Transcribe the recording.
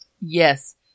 Yes